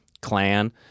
clan